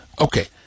Okay